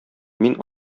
мин